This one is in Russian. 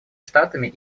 штатами